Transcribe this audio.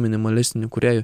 minimalistinių kūrėjų